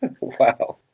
Wow